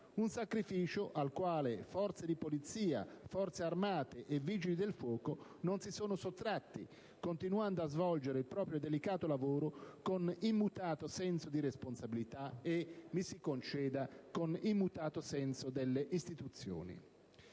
Un sacrificio al quale Forze di polizia, Forze armate e Vigili del fuoco non si sono sottratti, continuando a svolgere il proprio delicato lavoro con immutato senso di responsabilità e - mi si conceda - con immutato senso delle istituzioni.